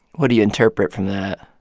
what do you interpret from that?